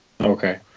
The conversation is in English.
Okay